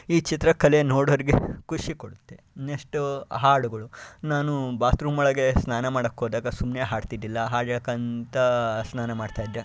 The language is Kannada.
ಈ ಚಿತ್ರಕಲೆ ನೋಡೋರಿಗೆ ಖುಷಿ ಕೊಡುತ್ತೆ ನೆಷ್ಟು ಹಾಡುಗಳು ನಾನು ಬಾತ್ರೂಮ್ ಒಳಗೆ ಸ್ನಾನ ಮಾಡಕ್ಕೋದಾಗ ಸುಮ್ಮನೆ ಹಾಡ್ತಿದ್ದಿಲ್ಲ ಹಾಡು ಹೇಳ್ಕಂತ ಸ್ನಾನ ಮಾಡ್ತಾ ಇದ್ದೆ